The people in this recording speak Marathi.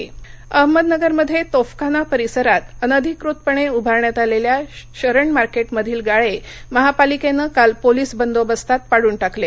अहमदनगर अहमदनगरमध्ये तोफखाना परिसरात अनधिकृतपणे उभारण्यात आलेल्या शरण मार्केटमधील गाळे महापालिकेनं काल पोलीस बंदोबस्तात पाडून टाकले